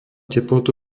teplotu